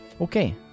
Okay